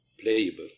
playable